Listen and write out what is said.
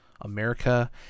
America